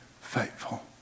faithful